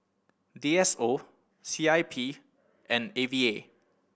D S O C I P and A V A